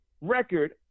record